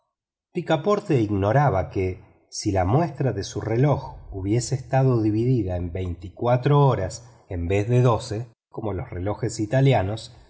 picaporte ignoraba que si la muestra de su reloj hubiese estado dividida en veinticuatro horas en vez de doce como los relojes italianos